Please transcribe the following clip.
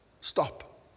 stop